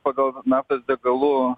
pagal naftos degalų